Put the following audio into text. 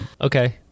Okay